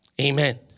Amen